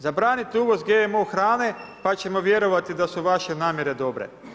Zabranite uvoz GMO hrane pa ču vjerovati da su vaše namjere dobre.